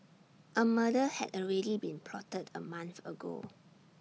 A murder had already been plotted A month ago